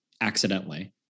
accidentally